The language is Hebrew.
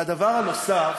והדבר הנוסף,